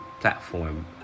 platform